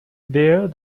there